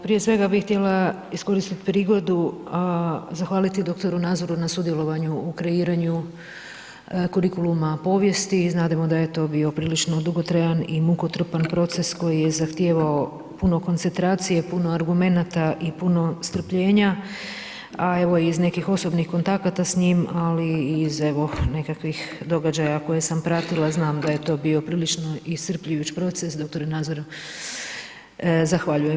Prije svega bih htjela iskoristit prigodu, zahvaliti doktoru Nazoru na sudjelovanju u kreiranju kurikuluma povijesti, znademo da je to bio prilično dugotrajan i mukotrpan proces koji je zahtijevao puno koncentracije, puno argumenata i puno strpljenja, a evo iz nekih osobnih kontakata s njim, ali i iz evo nekakvih događaja koje sam pratila znam da je to bio prilično iscrpljujući proces, doktor Nazor zahvaljujem.